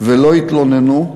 ולא התלוננו.